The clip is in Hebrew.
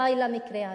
די במקרה הזה,